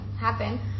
happen